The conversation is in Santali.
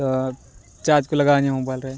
ᱛᱚ ᱪᱟᱨᱡᱽᱠᱚ ᱞᱟᱜᱟᱣᱤᱧᱟᱹ ᱢᱳᱵᱟᱭᱤᱞᱨᱮ